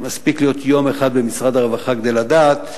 מספיק להיות יום אחד במשרד הרווחה כדי לדעת,